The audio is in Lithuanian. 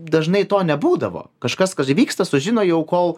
dažnai to nebūdavo kažkas kas vyksta sužino jau kol